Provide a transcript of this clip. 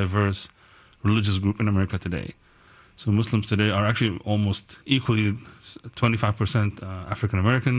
diverse religious group in america today so muslims today are actually almost equally twenty five percent african american